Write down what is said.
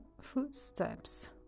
footsteps